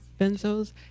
benzos